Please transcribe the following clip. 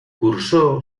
cursó